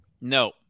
No